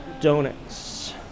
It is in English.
donuts